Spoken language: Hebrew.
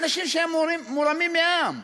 האנשים שהם מורמים מעם.